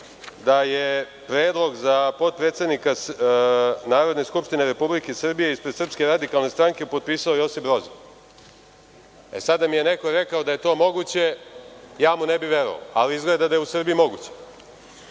da je predlog za potpredsednika Narodne skupštine Republike Srbije ispred SRS potpisao Josip Broz. E, sada da mi je neko rekao da je to moguće, ja mu ne bih verovao, ali izgleda da je u Srbiji moguće. Ono